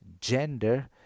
gender